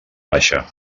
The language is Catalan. baixa